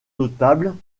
notables